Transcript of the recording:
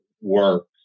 work